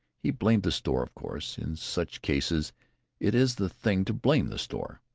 he blamed the store, of course in such cases it is the thing to blame the store.